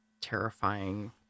terrifying